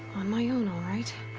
on my own, alright.